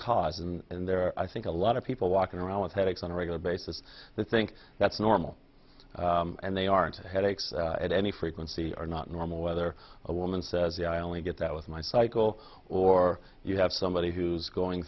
cause and there are i think a lot of people walking around with headaches on a regular basis that think that's normal and they aren't headaches at any frequency are not normal whether a woman says i only get that with my cycle or you have somebody who's going